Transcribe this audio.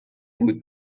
بود